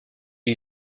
lui